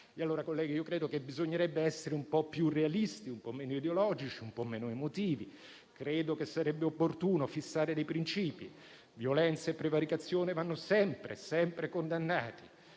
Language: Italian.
Stato. Colleghi, credo che bisognerebbe essere un po' più realisti, un po' meno ideologici, un po' meno emotivi. Credo che sarebbe opportuno fissare dei principi: violenza e prevaricazione vanno sempre - sempre! - condannati;